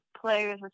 players